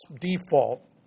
default